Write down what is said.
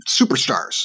superstars